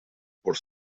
por